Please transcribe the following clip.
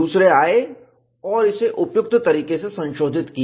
दूसरे आए और इसे उपयुक्त तरीके से संशोधित किया